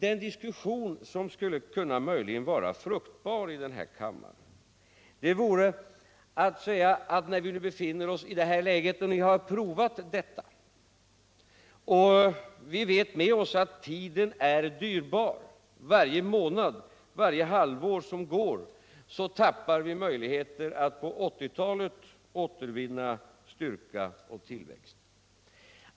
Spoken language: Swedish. En diskussion som möjligen skulle kunna vara fruktbar i denna kammare vore att säga, att vi har kommit i dagens läge efter att ha prövat er politik, men vi vet att tiden är dyrbar. Varje månad som går tappar vi möjligheter att på 1980-talet återvinna vår ekonomis styrka och tillväxt.